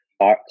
art